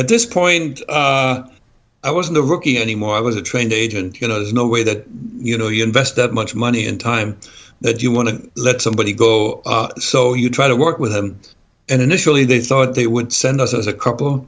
at this point i was the rookie anymore i was a trained agent you know there's no way that you know you invest that much money in time that you want to let somebody go so you try to work with them and initially they thought they would send us as a couple